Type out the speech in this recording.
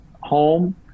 home